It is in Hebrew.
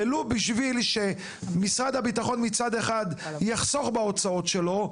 בשביל שמשרד הביטחון יחסוך בהוצאות שלו,